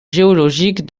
géologique